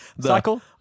Cycle